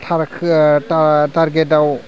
टारगेटाव